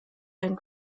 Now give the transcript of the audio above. ein